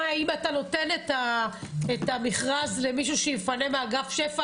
אם אתה נותן את המכרז למישהו שיפנה מאגף שפ"ע,